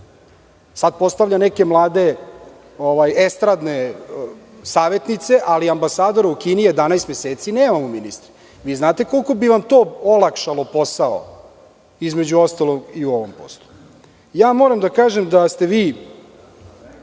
Sad postavlja neke mlade estradne savetnice, ali ambasadora u Kini nemamo 11 meseci. Vi znate koliko bi vam to olakšalo posao, između ostalog, i u ovom poslu. Moram da kažem da ste vi,